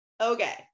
okay